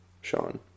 Sean